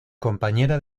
compañera